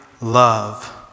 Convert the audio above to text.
love